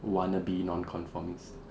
wannabe nonconformist